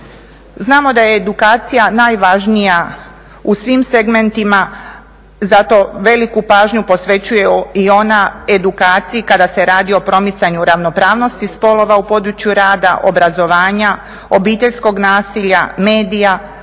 Znamo da je edukacija najvažnija u svim segmentima zato veliku pažnju posvećuje i ona edukaciji kada se radi o promicanju ravnopravnosti spolova u području rada, obrazovanja, obiteljskog nasilja, medija,